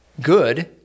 Good